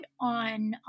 on